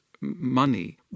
money